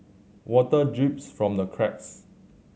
water drips from the cracks